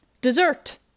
dessert